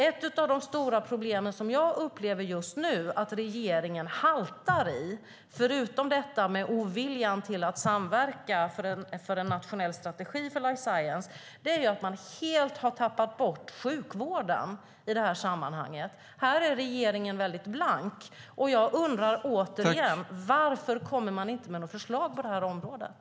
Ett av de stora problem som jag upplever att regeringen haltar i just nu, förutom detta med oviljan att samverka för en nationell strategi för life science, är att man helt har tappat bort sjukvården i detta sammanhang. Här är regeringen blank. Jag undrar återigen: Varför kommer man inte med några förslag på det här området?